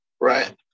Right